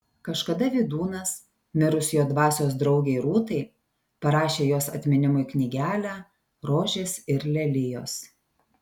kažkada vydūnas mirus jo dvasios draugei rūtai parašė jos atminimui knygelę rožės ir lelijos